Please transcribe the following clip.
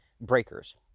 breakers